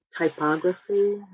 typography